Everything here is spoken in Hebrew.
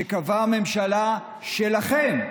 שקבעה הממשלה שלכם,